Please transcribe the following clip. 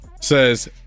Says